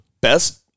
best